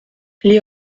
les